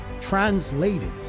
translated